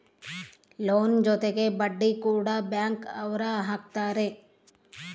loan ಜೊತೆಗೆ ಬಡ್ಡಿ ಕೂಡ ಬ್ಯಾಂಕ್ ಅವ್ರು ಹಾಕ್ತಾರೆ